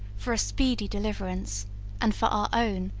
for a speedy deliverance and for our own,